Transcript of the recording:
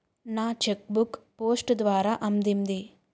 నా cheque book post ద్వారా అందింది